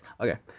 okay